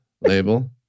Label